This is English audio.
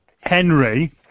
Henry